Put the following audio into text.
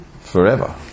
forever